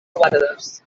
guardes